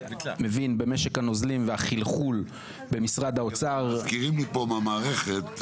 מבין במשק הנוזלים והחלחול במשרד האוצר --- מזכירים לי פה במערכת,